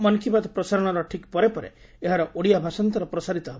ମନ୍ କି ବାତ୍ ପ୍ରସାରଣର ଠିକ୍ ପରେ ପରେ ଏହାର ଓଡ଼ିଆ ଭାଷାନ୍ତର ପ୍ରସାରିତ ହେବ